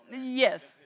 Yes